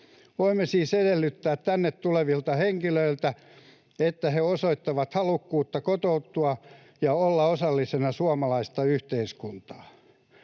Voimme siis edellyttää tänne tulevilta henkilöiltä, että he osoittavat halukkuutta kotoutua ja olla osallisena suomalaisessa yhteiskunnassa.